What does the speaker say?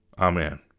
Amen